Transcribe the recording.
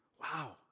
wow